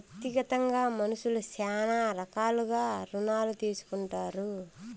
వ్యక్తిగతంగా మనుష్యులు శ్యానా రకాలుగా రుణాలు తీసుకుంటారు